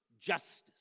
justice